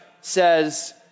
says